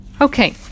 okay